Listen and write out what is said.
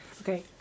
Okay